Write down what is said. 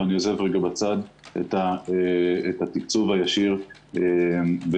ואני עוזב רגע בצד את התקצוב הישיר במה